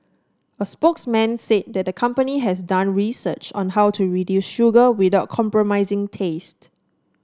a spokesman said that the company has done research on how to reduce sugar without compromising taste